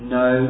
no